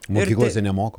mokyklose nemoko